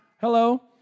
Hello